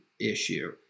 issue